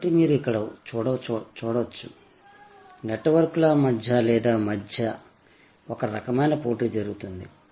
కాబట్టి మీరు ఇక్కడ చూడవచ్చు నెట్వర్క్ల మధ్య లేదా మధ్య ఒక రకమైన పోటీ జరుగుతోంది